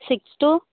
six two